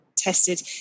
tested